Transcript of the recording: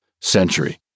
century